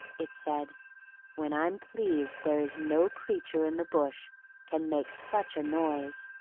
it said when i'm pleased there is no creature in the bush can make such a noise,